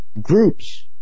groups